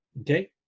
okay